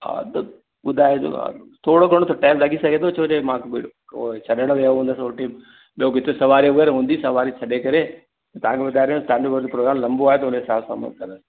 हा पोइ ॿुधाइजो हा थोरो घणो त टाईम लॻी सघंदो छो त मां बि होॾे छॾणु वियो हुयुमि हुन खे होॾे ॿियो किथे सवारी हूंदी अगरि सवारी छॾे करे तव्हांखे ॿुधाईंदमि छो त तव्हांजो प्रोग्राम लंबो आहे जो उन हिसाब सां